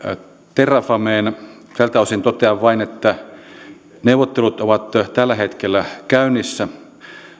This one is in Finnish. terrafameen tältä osin totean vain että neuvottelut ovat tällä hetkellä käynnissä